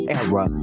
era